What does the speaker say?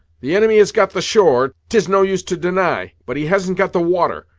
the inimy has got the shore, tis no use to deny, but he hasn't got the water.